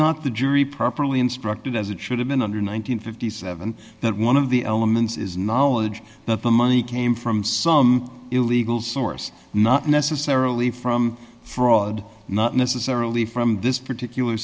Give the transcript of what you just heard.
not the jury properly instructed as it should have been under nine hundred and fifty seven that one of the elements is knowledge but the money came from some illegal source not necessarily from fraud not necessarily from this particular